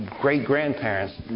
great-grandparents